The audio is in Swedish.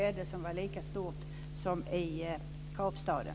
Det var lika många som i Kapstaden.